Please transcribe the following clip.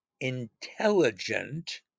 intelligent